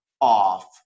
off